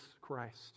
Christ